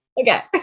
Okay